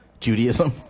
Judaism